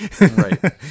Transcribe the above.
Right